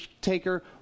taker